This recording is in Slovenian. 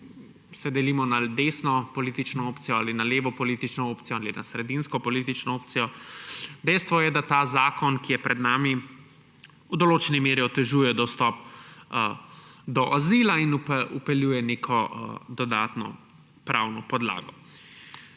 se delimo na desno politično opcijo, ali na levo politično opcijo, ali na sredinsko politično opcijo, dejstvo je, da ta zakon, ki je pred nami, v določeni meri otežuje dostop do azila in vpeljuje neko dodatno pravno podlago.